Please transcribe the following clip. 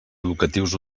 educatius